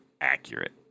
accurate